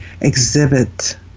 exhibit